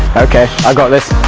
okay, i got this!